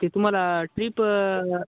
ते तुम्हाला ट्रीप